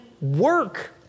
work